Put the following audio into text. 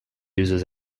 uses